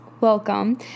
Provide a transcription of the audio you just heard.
welcome